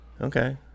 Okay